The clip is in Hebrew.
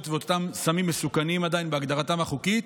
ואותם סמים מסוכנים עדיין בהגדרתם החוקית,